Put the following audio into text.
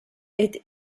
est